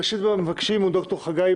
ראשון המבקשים הוא ד"ר חגי